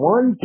One